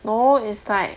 no is like